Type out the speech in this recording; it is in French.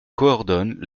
coordonne